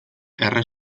erre